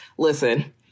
Listen